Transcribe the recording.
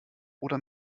oder